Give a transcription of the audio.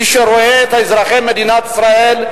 מי שרואה את אזרחי מדינת ישראל,